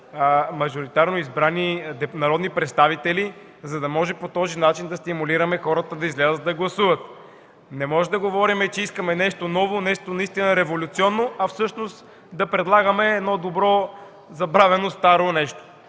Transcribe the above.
мажоритарно избрани народни представители, за да може по този начин да стимулираме хората да излязат и да гласуват. Не можем да говорим, че искаме нещо ново, нещо наистина революционно, а всъщност да предлагаме едно добре забравено старо нещо.